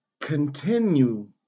continue